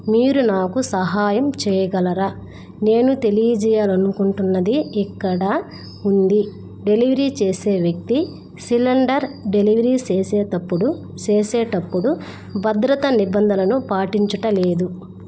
మీరు నాకు సహాయం చేయగలరా నేను తెలియజేయాలి అనుకుంటున్నది ఇక్కడ ఉంది డెలివరీ చేసే వ్యక్తి సిలండర్ డెలివరీ చేసేటప్పుడు చేసేటప్పుడు భద్రత నిబంధనను పాటించుటలేదు